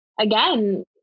again